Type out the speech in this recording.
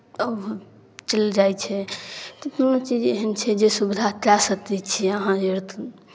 चलि जाइ छै कोनो चीज एहन छै जे सुविधा कए सकै छियै अहाँ जे